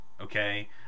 okay